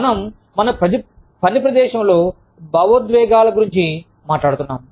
మనం మన పని ప్రదేశంలో మన భావోద్వేగాల గురించి మాట్లాడుతున్నాం